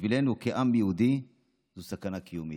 בשבילנו כעם יהודי זו סכנה קיומית.